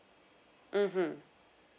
mmhmm